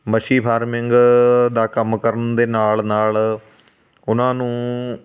ਮੱਛੀ ਫਾਰਮਿੰਗ ਦਾ ਕੰਮ ਕਰਨ ਦੇ ਨਾਲ ਨਾਲ ਉਹਨਾਂ ਨੂੰ